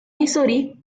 misuri